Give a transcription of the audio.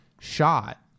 shot